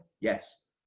Yes